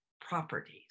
properties